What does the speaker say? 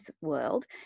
world